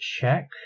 check